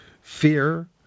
fear